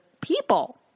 people